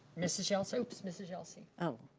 mrs. yelsey. oops, mrs. yelsey. oh.